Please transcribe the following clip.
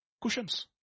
Cushions